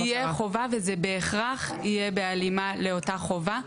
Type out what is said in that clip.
את אומרת שתהיה חובה וזה יהיה בהכרח בהלימה לאותה חובה.